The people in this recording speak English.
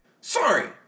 Sorry